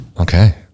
okay